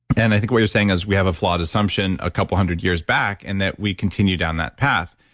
and i think what you're saying is we have a flawed assumption a couple of hundred years back and that we continue down that path.